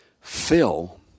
fill